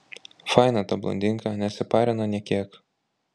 faina ta blondinka nesiparina nė kiek